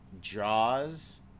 Jaws